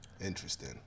Interesting